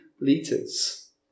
liters